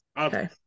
okay